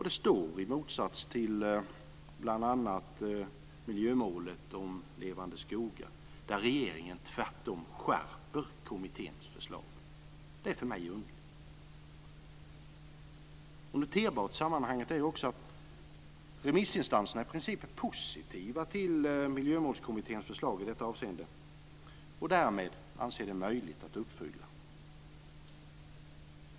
Det står i motsats till bl.a. miljömålet om levande skogar, där regeringen tvärtom skärper kommitténs förslag. Det är för mig underligt. Noterbart i sammanhanget är också att remissinstanserna i princip är positiva till Miljömålskommitténs förslag i detta avseende och därmed anser att det är möjligt att uppfylla.